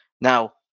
Now